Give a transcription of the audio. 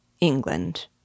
England